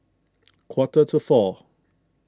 quarter to four